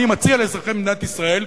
אני מציע לאזרחי מדינת ישראל,